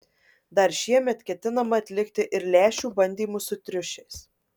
dar šiemet ketinama atlikti ir lęšių bandymus su triušiais